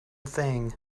thing